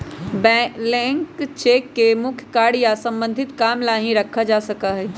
blank cheque के मुख्य कार्य या सम्बन्धित काम ला ही रखा जा सका हई